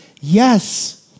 Yes